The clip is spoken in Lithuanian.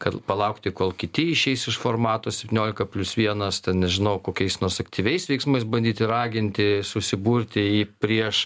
kad palaukti kol kiti išeis iš formato septyniolika plius vienas ten nežinau kokiais nors aktyviais veiksmais bandyti raginti susiburti į prieš